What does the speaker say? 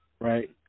right